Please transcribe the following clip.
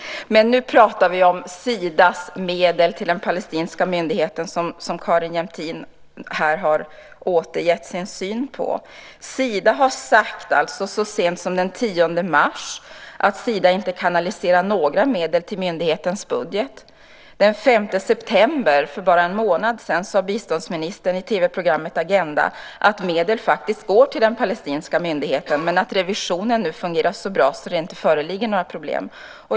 Men nu pratar vi om Sidas medel till den palestinska myndigheten, som Carin Jämtin här har återgett sin syn på. Sida har sagt så sent som den 10 mars att Sida inte kanaliserar några medel till myndighetens budget. Den 5 september, för bara en månad sedan, sade biståndsministern i TV-programmet Agenda att medel faktiskt går till den palestinska myndigheten men att revisionen nu fungerar så bra att det inte föreligger några problem.